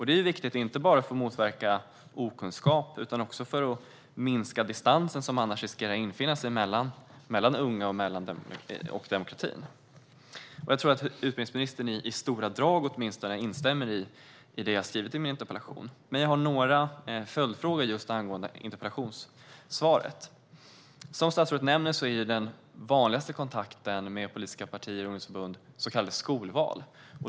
Det är viktigt, inte bara för att motverka okunskap utan också för att minska den distans som annars riskerar att infinna sig mellan unga och demokratin. Jag tror att utbildningsministern åtminstone i stora drag instämmer i det som jag har skrivit i min interpellation. Men jag har några följdfrågor angående interpellationssvaret. Som statsrådet nämner är den vanligaste kontakten med politiska partier och ungdomsförbund så kallade skolval.